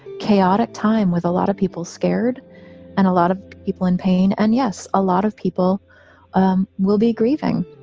chaotic time with a lot of people scared and a lot of people in pain. and yes, a lot of people um will be grieving.